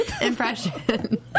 Impression